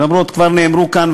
כבר נאמרו כאן,